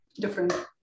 Different